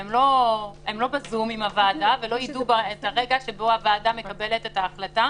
הם לא בזום עם הוועדה והם לא יידעו את הרגע שבו הוועדה מקבלת את ההחלטה